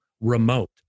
remote